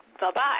Bye-bye